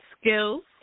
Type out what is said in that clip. skills